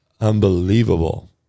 unbelievable